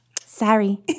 sorry